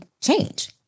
change